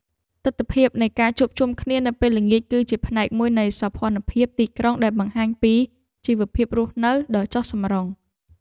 ទិដ្ឋភាពនៃការជួបជុំគ្នានៅពេលល្ងាចគឺជាផ្នែកមួយនៃសោភ័ណភាពទីក្រុងដែលបង្ហាញពីជីវភាពរស់នៅដ៏ចុះសម្រុង។